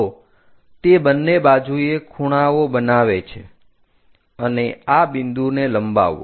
તો તે બંને બાજુએ ખૂણાઓ બનાવે છે અને આ બિંદુને લંબાવો